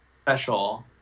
special